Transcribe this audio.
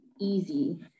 easy